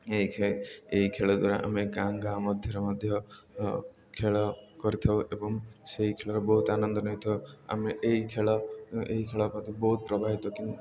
ଏହି ଏହି ଖେଳ ଦ୍ୱାରା ଆମେ ଗାଁ ଗାଁ ମଧ୍ୟରେ ମଧ୍ୟ ଖେଳ କରିଥାଉ ଏବଂ ସେହି ଖେଳର ବହୁତ ଆନନ୍ଦ ନେଇଥାଉ ଆମେ ଏହି ଖେଳ ଏହି ଖେଳ ପ୍ରତି ବହୁତ ପ୍ରଭାବିତ କି